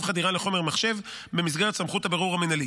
חדירה לחומר מחשב במסגרת סמכות הבירור המינהלי.